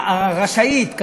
רשאית.